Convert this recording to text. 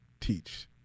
teach